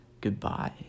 goodbye